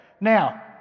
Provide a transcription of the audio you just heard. Now